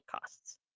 costs